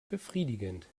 befriedigend